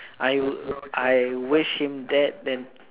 I w~ I wish him dead then